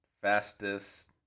Fastest